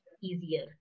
easier